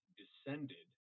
descended